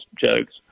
jokes